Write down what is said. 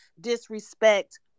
disrespect